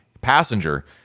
passenger